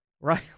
Right